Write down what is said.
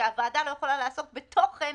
שהוועדה לא יכולה לעסוק בתוכן,